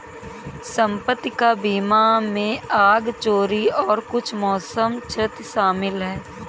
संपत्ति का बीमा में आग, चोरी और कुछ मौसम क्षति शामिल है